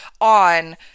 on